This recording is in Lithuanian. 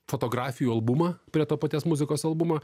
fotografijų albumą prie to paties muzikos albumą